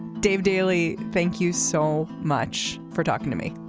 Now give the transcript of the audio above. dave daley thank you so much for talking to me.